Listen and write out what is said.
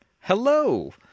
Hello